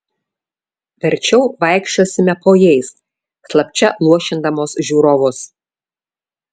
verčiau vaikščiosime po jais slapčia luošindamos žiūrovus